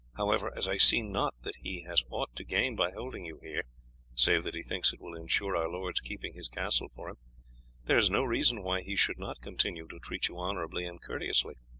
however, as i see not that he has aught to gain by holding you here save that he thinks it will ensure our lord's keeping his castle for him there is no reason why he should not continue to treat you honourably and courteously.